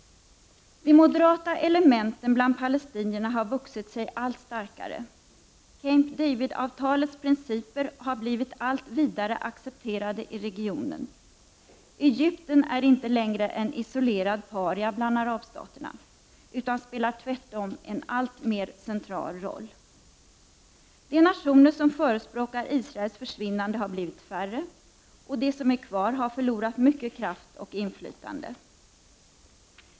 De moderata elementen bland palestinierna har vuxit sig allt starkare. Camp David-avtalets principer har blivit allt vidare accepterade i regionen. Egypten är inte längre en isolerad paria bland arabstaterna, utan spelar tvärtom en alltmer central roll. De nationer som förespråkar Israels försvinnande har blivit färre och de som är kvar har förlorat mycket kraft och inflytande.